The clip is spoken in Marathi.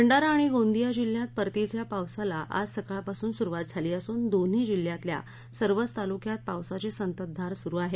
भंडारा आणि गोंदिया जिल्ह्यात परतीचा पावसाला आज सकाळ पासून सुरवात झाली असून दोन्ही जिल्ह्यातल्या सर्वच तालुक्यात पावसाची संततधार सुरु आहे